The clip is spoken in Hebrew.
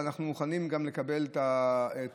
ואנחנו מוכנים גם לחיות את הספק.